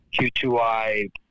Q2i